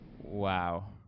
Wow